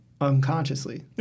unconsciously